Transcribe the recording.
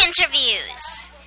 interviews